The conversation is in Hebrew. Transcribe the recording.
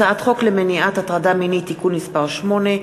הצעת חוק למניעת הטרדה מינית (תיקון מס' 8),